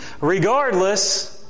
Regardless